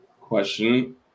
question